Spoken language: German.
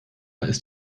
ist